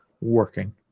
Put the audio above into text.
working